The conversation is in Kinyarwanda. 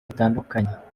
bitandukanye